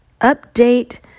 Update